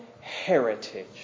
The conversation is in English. heritage